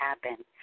happen